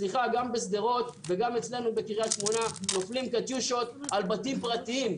סליחה גם בשדרות וגם אצלנו בקריית שמונה נופלות קטיושות על בתים פרטיים,